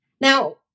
Now